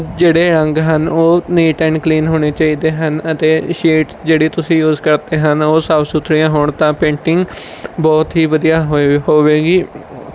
ਜਿਹੜੇ ਰੰਗ ਹਨ ਉਹ ਨੀਟ ਐਂਡ ਕਲੀਨ ਹੋਣੇ ਚਾਹੀਦੇ ਹਨ ਅਤੇ ਸ਼ੇਡਸ ਜਿਹੜੇ ਤੁਸੀਂ ਯੂਸ ਕਰਦੇ ਹਨ ਉਹ ਸਾਫ਼ ਸੁਥਰੀਆਂ ਹੋਣ ਤਾਂ ਪੇਂਟਿੰਗ ਬਹੁਤ ਹੀ ਵਧੀਆ ਹੋਏ ਹੋਵੇਗੀ